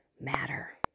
matter